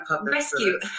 rescue